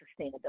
sustainability